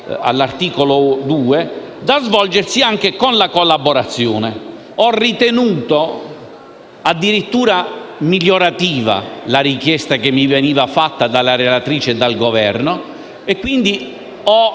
seguenti «da svolgersi anche con la collaborazione». Ho ritenuto addirittura migliorativa la richiesta che mi è stata fatta dalla relatrice e dal Governo e, quindi, ho